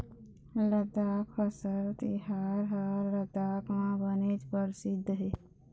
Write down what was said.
लद्दाख फसल तिहार ह लद्दाख म बनेच परसिद्ध हे